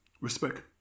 Respect